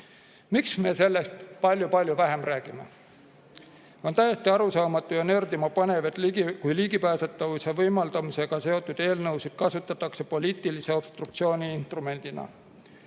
Miks me sellest palju-palju vähem räägime? On täiesti arusaamatu ja nördima panev, kui ligipääsetavuse võimaldamisega seotud eelnõusid kasutatakse poliitilise obstruktsiooni instrumendina.